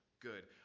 Good